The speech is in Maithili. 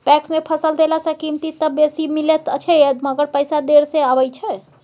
पैक्स मे फसल देला सॅ कीमत त बेसी मिलैत अछि मगर पैसा देर से आबय छै